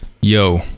Yo